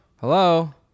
Hello